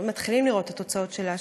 מתחילים לראות את התוצאות שלה,